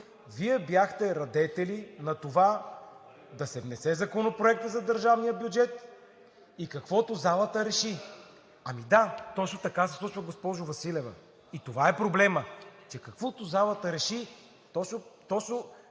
Вие бяхте радетели на това да се внесе Законопроектът за държавния бюджет и каквото залата реши. Ами, да, точно така се случва, госпожо Василева, и това е проблемът, че каквото залата реши точно прави